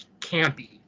campy